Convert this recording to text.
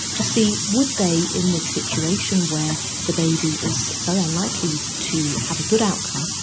to see would they in this situation where the baby is very unlikely to have a good outcome,